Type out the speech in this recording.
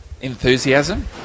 enthusiasm